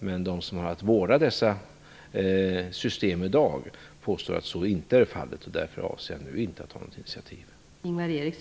Men de som har att vårda dessa system påstår att så inte är fallet, och därför avser jag inte att ta något initiativ nu.